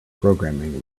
programming